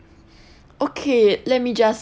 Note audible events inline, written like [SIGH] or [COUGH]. [BREATH] okay let me just